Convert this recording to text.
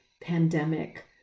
pandemic